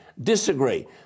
disagree